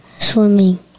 Swimming